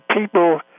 people